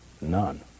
None